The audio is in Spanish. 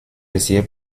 decide